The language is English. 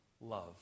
love